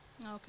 Okay